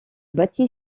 bâtie